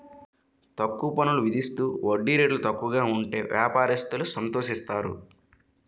తక్కువ పన్నులు విధిస్తూ వడ్డీ రేటు తక్కువ ఉంటే వ్యాపారస్తులు సంతోషిస్తారు